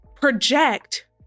project